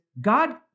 God